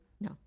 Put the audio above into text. no